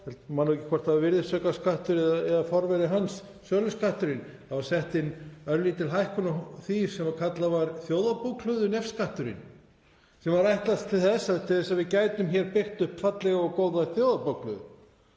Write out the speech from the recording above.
man nú ekki hvort það var virðisaukaskattur eða forveri hans, söluskatturinn, það var sett inn örlítil hækkun á því sem kallað var Þjóðarbókhlöðunefskatturinn, sem var ætlaður til þess að við gætum byggt hér upp fallega og góða Þjóðarbókhlöðu.